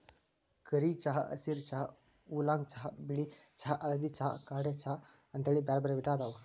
ಕರಿ ಚಹಾ, ಹಸಿರ ಚಹಾ, ಊಲಾಂಗ್ ಚಹಾ, ಬಿಳಿ ಚಹಾ, ಹಳದಿ ಚಹಾ, ಕಾಡೆ ಚಹಾ ಅಂತೇಳಿ ಬ್ಯಾರ್ಬ್ಯಾರೇ ವಿಧ ಅದಾವ